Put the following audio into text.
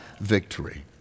victory